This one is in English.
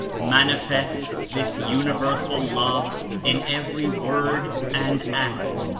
manifests this universal love in every word and act.